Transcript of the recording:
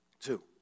two